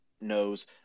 knows